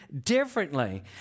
differently